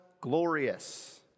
glorious